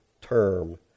term